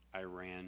Iran